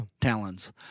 Talons